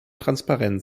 transparent